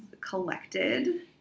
collected